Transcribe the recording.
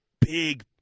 big